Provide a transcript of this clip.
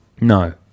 No